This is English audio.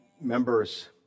members